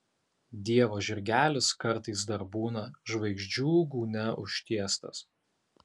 dievo žirgelis kartais dar būna žvaigždžių gūnia užtiestas